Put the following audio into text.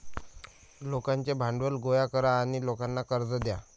लोकांचे भांडवल गोळा करा आणि लोकांना कर्ज द्या